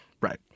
Right